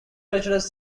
treacherous